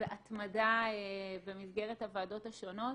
בהתמדה במסגרת הוועדות השונות.